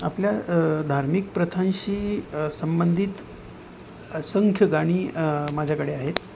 आपल्या धार्मिक प्रथांशी संबंधित असंख्य गाणी माझ्याकडे आहेत